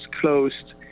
closed